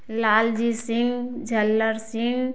Lal ji Singh Jhallar Singh